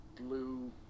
blue